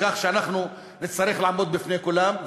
שאנחנו נצטרך לעמוד בפני כולם.